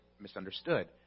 misunderstood